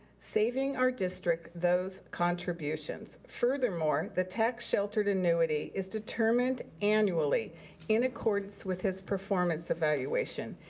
saving our district those contributions. furthermore, the tax-sheltered annuity is determined annually in accordance with his performance evaluation.